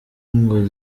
ngo